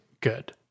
good